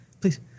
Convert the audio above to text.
Please